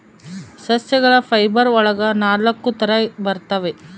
ಸಸ್ಯಗಳ ಫೈಬರ್ ಒಳಗ ನಾಲಕ್ಕು ತರ ಬರ್ತವೆ